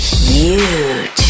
Huge